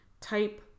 type